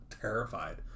terrified